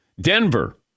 Denver